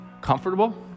Comfortable